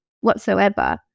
whatsoever